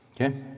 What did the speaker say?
Okay